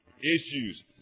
Issues